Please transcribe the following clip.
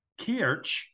kirch